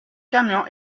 camion